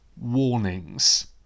warnings